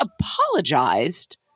apologized